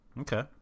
Okay